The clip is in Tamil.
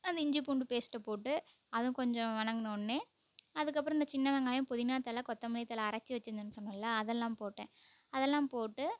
அந்த இஞ்சி பூண்டு பேஸ்ட்டை போட்டு அதுவும் கொஞ்சம் வணங்கின ஒடனே அதுக்கப்புறம் இந்த சின்ன வெங்காயம் புதினா தழை கொத்தமல்லி தழை அரைத்து வச்சிருந்தேன்னு சொன்னேன்ல அதெல்லாம் போட்டேன் அதெல்லாம் போட்டு